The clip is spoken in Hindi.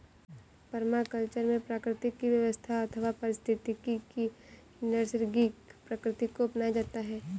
परमाकल्चर में प्रकृति की व्यवस्था अथवा पारिस्थितिकी की नैसर्गिक प्रकृति को अपनाया जाता है